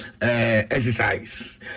exercise